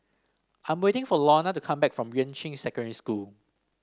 I am waiting for Lorna to come back from Yuan Ching Secondary School